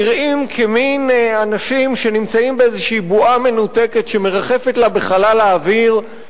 נראים כמין אנשים שנמצאים באיזו בועה מנותקת שמרחפת לה בחלל האוויר,